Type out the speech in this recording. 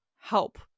help